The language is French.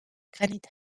granite